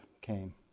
came